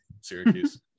Syracuse